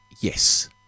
Yes